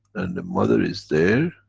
and the mother is there